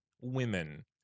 women